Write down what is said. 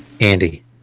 Andy